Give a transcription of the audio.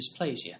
dysplasia